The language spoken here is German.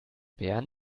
bern